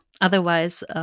Otherwise